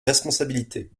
responsabilités